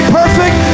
perfect